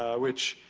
which,